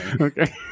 Okay